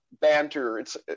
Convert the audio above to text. Banter—it's